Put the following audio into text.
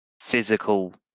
physical